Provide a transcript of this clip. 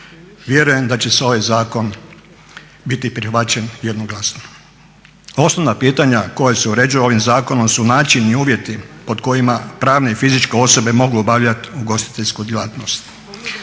vjerujem da će ovaj zakon biti prihvaćen jednoglasno. Osnovna pitanja koja se uređuju ovim zakonom su način i uvjeti pod kojima pravne i fizičke osobe mogu obavljat ugostiteljsku djelatnost.